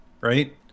Right